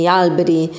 alberi